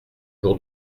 jour